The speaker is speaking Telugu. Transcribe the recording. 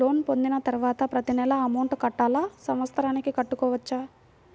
లోన్ పొందిన తరువాత ప్రతి నెల అమౌంట్ కట్టాలా? సంవత్సరానికి కట్టుకోవచ్చా?